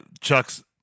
Chuck's